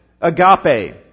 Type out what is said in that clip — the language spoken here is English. Agape